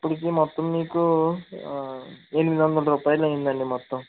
ఇప్పుడికి మొత్తం మీకు ఎనిమిది వందలు రూపాయలు అయ్యింది అండి మొత్తం